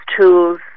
tools